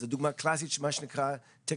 זאת דוגמה קלאסית של מה שנקרא "כפיית